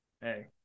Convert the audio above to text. hey